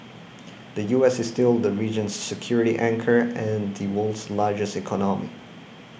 the U S is still the region's security anchor and the world's largest economy